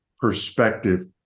perspective